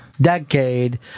decade